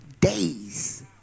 days